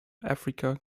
africa